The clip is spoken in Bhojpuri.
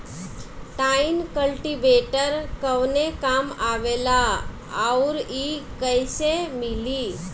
टाइन कल्टीवेटर कवने काम आवेला आउर इ कैसे मिली?